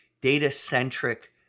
data-centric